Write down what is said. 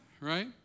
Right